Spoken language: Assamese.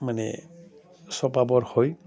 মানে চপাবৰ হয়